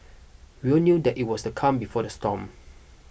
we all knew that it was the calm before the storm